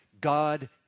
God